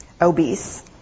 obese